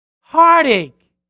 Heartache